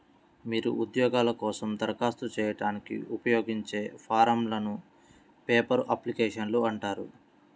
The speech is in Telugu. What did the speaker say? మీరు ఉద్యోగాల కోసం దరఖాస్తు చేయడానికి ఉపయోగించే ఫారమ్లను పేపర్ అప్లికేషన్లు అంటారు